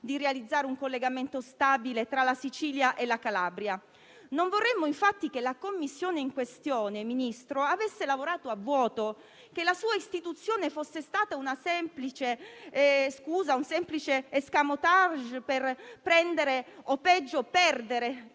di realizzare un collegamento stabile tra la Sicilia e la Calabria. Non vorremmo infatti che la commissione in questione, Ministro, avesse lavorato a vuoto, che la sua istituzione fosse stata una semplice scusa, un semplice *escamotage* per prendere - o peggio perdere